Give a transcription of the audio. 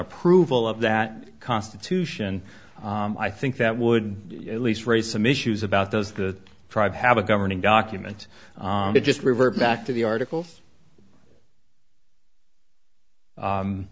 approval of that constitution i think that would at least raise some issues about those that tried have a governing document that just revert back to the articles